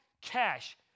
cash